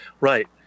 Right